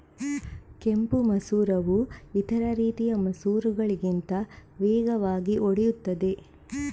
ಕೆಂಪು ಮಸೂರವು ಇತರ ರೀತಿಯ ಮಸೂರಗಳಿಗಿಂತ ವೇಗವಾಗಿ ಒಡೆಯುತ್ತದೆ